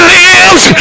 lives